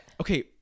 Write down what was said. Okay